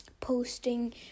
posting